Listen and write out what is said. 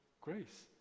grace